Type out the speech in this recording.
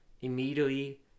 immediately